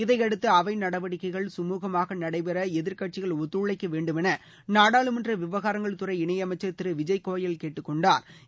இதையடுத்து அவை நடவடிக்கைகள் கமூகமாக நடைபெற எதிர்க்கட்சிகள் ஒத்துழைக்க வேண்டுமெள நாடாளுமன்ற விவகாரங்கள் துறை இணை அமைச்சா் திரு விஜய்கோயல் கேட்டுக் கொண்டாா்